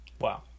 Wow